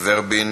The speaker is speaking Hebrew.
ורבין,